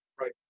Right